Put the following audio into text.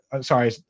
sorry